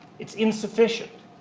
it's insufficient.